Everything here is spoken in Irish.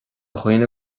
dhaoine